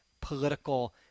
political